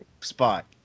spot